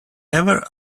ever